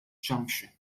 junction